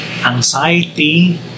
anxiety